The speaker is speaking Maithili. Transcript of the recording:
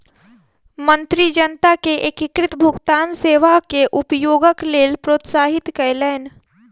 मंत्री जनता के एकीकृत भुगतान सेवा के उपयोगक लेल प्रोत्साहित कयलैन